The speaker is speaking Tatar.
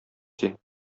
син